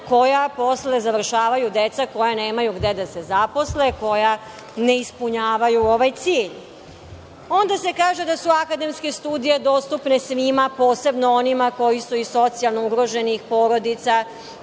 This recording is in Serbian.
koja posle završavaju deca koja nemaju gde da se zaposle, koja ne ispunjavaju ovaj cilj? Onda se kaže da su akademske studije dostupne svima, posebno onima koji su iz socijalno ugroženih porodica